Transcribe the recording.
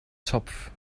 zopf